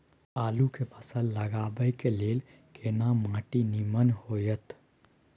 आलू के फसल लगाबय के लेल केना माटी नीमन होयत?